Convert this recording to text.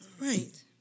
Right